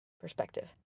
perspective